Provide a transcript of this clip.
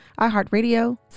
iHeartRadio